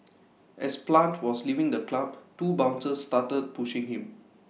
as plant was leaving the club two bouncers started pushing him